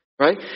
Right